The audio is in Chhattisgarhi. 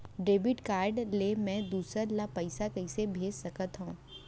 डेबिट कारड ले मैं दूसर ला पइसा कइसे भेज सकत हओं?